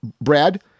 brad